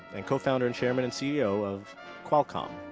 and co-founder and chairman and ceo of qualcomm.